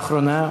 לאחרונה.